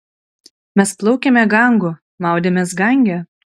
mes plaukėme gangu maudėmės gange